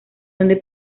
donde